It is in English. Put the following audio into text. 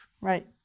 Right